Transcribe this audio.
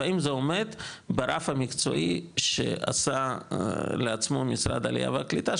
והאם זה עומד ברף המקצועי שעשה לעצמו משרד עלייה והקליטה,